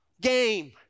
game